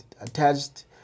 attached